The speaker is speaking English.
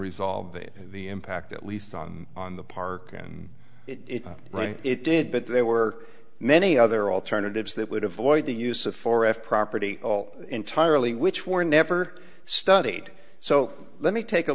resolve the impact at least on on the park and it right it did but there were many other alternatives that would avoid the use of four f property all entirely which were never studied so let me take a